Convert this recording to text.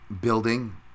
building